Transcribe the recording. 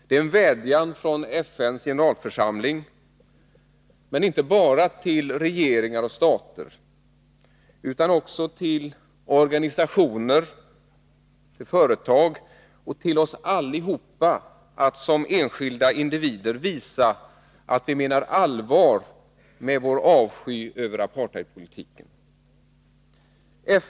Det är en vädjan från FN:s generalförsamling, inte bara till regeringar och stater, utan också till organisationer, till företag och till oss alla som enskilda individer att visa att vi menar allvar med vår avsky för apartheidpolitiken.